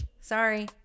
Sorry